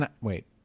wait